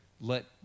let